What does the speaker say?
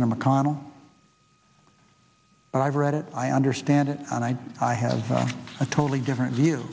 mcconnell but i've read it i understand it and i i have a totally different view